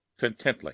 contently